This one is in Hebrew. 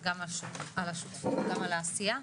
גם על השותפות, גם על העשייה.